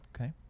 Okay